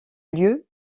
lieu